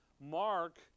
Mark